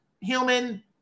human